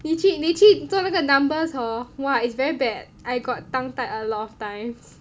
你去你去做那个 numbers hor !wah! it's very bad I got 当 tongue-tied a lot of times